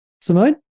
Simone